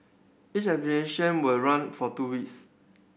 each exhibition will run for two ways